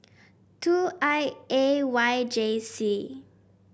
two I A Y J C